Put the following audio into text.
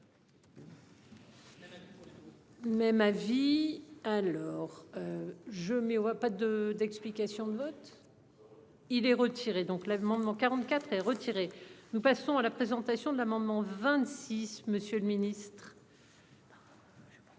Même ma vie. Alors. Je me vois pas de d'explication de vote. Il est retiré donc la demande dans 44 est retiré. Nous passons à la présentation de l'amendement 26, Monsieur le Ministre.